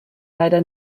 leider